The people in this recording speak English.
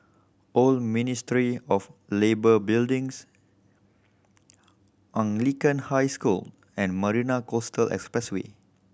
Old Ministry of Labour Buildings Anglican High School and Marina Coastal Expressway